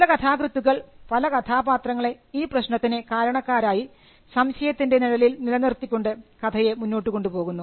ചില കഥാകൃത്തുക്കൾ പല കഥാപാത്രങ്ങളെ ഈ പ്രശ്നത്തിന് കാരണക്കാരായി സംശയത്തിൻറെ നിഴലിൽ നിലനിർത്തിക്കൊണ്ട് കഥയെ മുന്നോട്ടു കൊണ്ടുപോകുന്നു